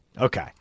Okay